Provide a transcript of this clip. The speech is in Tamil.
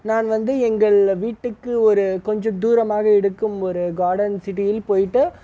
நான் வந்து எங்கள் வீட்டுக்கு ஒரு கொஞ்ச தூரமாக இருக்கும் ஒரு கார்டன் சிட்டியில் போயிட்டு